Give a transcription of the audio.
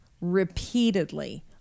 repeatedly